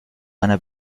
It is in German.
einer